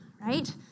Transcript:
right